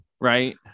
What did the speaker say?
Right